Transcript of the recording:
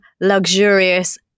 luxurious